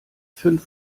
fünf